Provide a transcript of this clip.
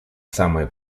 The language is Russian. самое